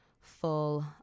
full